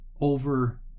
over